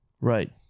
right